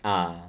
ah